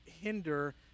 hinder